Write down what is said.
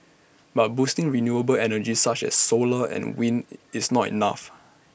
but boosting renewable energy such as solar and wind is not enough